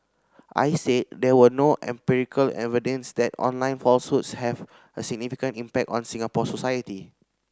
I said there was no empirical evidence that online falsehoods have a significant impact on Singapore society